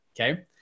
Okay